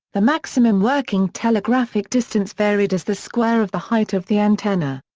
the maximum working telegraphic distance varied as the square of the height of the antenna.